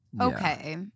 Okay